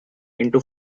into